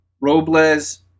Robles